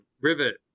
Rivet